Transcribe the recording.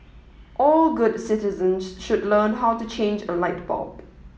all good citizens should learn how to change a light bulb